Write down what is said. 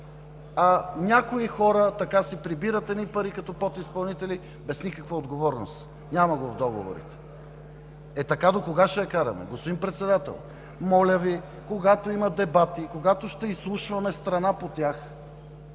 а някои хора си прибират едни пари като подизпълнители, без никаква отговорност, няма го в договорите. Е така докога ще я караме!? Господин Председател, моля Ви, когато има дебати, когато ще изслушваме страна по тях,